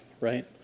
right